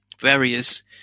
various